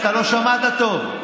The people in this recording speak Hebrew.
אתה לא שמעת טוב.